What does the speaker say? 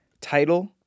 title